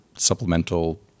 supplemental